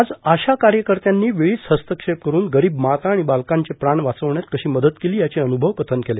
आज आशा कार्यकर्त्यांनी वेळीच हस्तक्षेप करुन गरीब माता आणि बालकांचे प्राण वाचवण्यात कशी मदत केली याचे अन्रभव कथन केले